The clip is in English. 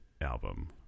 album